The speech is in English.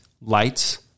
lights